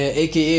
aka